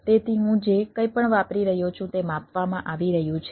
તેથી હું જે કંઈપણ વાપરી રહ્યો છું તે માપવામાં આવી રહ્યું છે